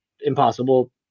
impossible